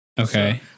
Okay